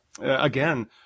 again